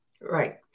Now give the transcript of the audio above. Right